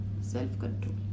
self-control